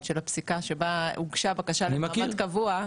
של הפסיקה שבה הוגשה בקשה למעמד קבוע.